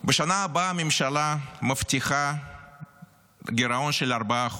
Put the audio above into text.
בשנה הבאה הממשלה מבטיחה גירעון של 4%,